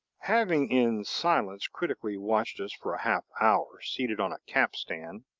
having in silence critically watched us for a half hour, seated on a capstan,